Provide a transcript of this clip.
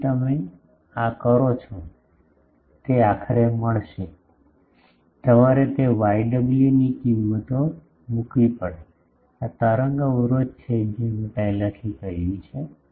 તેથી તમે આ કરો છો તે આખરે મળશે તમારે તે yw ની કિંમતો મૂકવી પડશે આ તરંગ અવરોધ જે મેં પહેલાથી કહ્યું છે